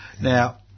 Now